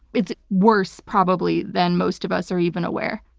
it's worse probably than most of us are even aware.